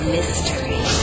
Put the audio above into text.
Mystery